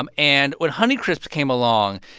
um and when honeycrisp came along,